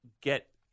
get